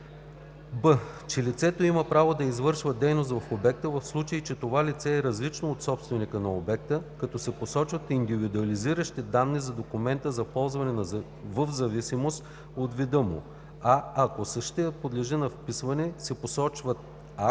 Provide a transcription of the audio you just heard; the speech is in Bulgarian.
б) че лицето има право да извършва дейност в обекта, в случай че това лице е различно от собственика на обекта, като се посочват индивидуализиращи данни за документа за ползване в зависимост от вида му, а ако същият подлежи на вписване, се посочват